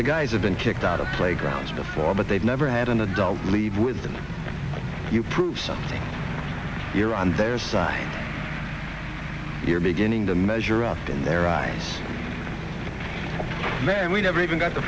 the guys have been kicked out of playgrounds before but they've never had an adult leave with them you prove something you're on their side you're beginning to measure often their eyes met and we never even got t